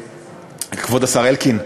כבוד השר אלקין,